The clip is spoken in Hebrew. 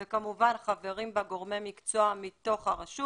וכמובן, חברים בה גורמי מקצוע מתוך הרשות.